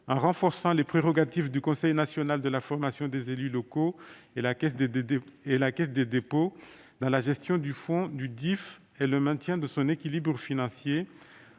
en renforçant les prérogatives du Conseil national de la formation des élus locaux et de la Caisse des dépôts et consignations dans la gestion du fonds du DIFE, et le maintien de son équilibre financier,